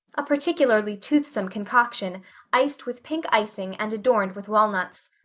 a particularly toothsome concoction iced with pink icing and adorned with walnuts.